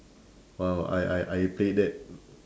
!wow! I I I played that